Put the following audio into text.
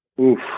Oof